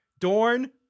Dorn